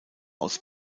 aus